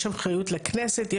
יש אחריות לכנסת,